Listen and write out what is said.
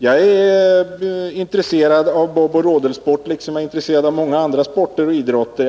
Jag är intresserad av boboch rodelsport liksom jag är intresserad av många andra sporter och idrotter.